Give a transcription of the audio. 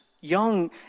Young